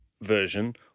version